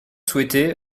souhaité